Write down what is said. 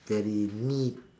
very neat